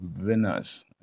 winners